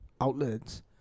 outlets